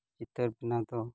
ᱪᱤᱛᱟᱹᱨ ᱵᱮᱱᱟᱣ ᱫᱚ